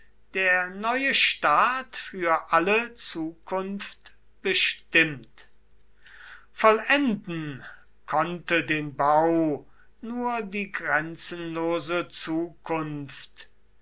der neue staat für alle zukunft bestimmt vollenden konnte den bau nur die grenzenlose zukunft